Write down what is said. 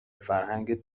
فرهنگت